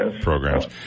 programs